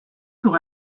pour